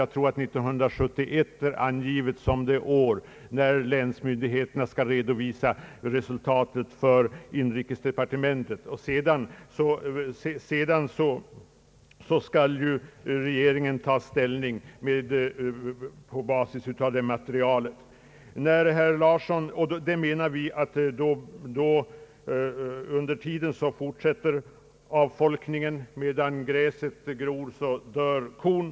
Jag tror att 1971 har angivits som det år när länsmyndigheterna skall redovisa resultaten för inrikesdepartementet. På basis av det materialet skall regeringen sedan ta ställning. Under tiden fortsätter avfolkningen. Medan gräset gror, dör kon.